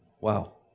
Wow